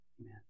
Amen